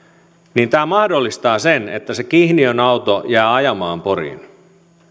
niin tämä mahdollistaa sen että se kihniön auto jää ajamaan poriin